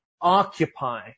occupy